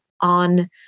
on